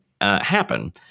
happen